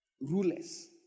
Rulers